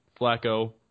Flacco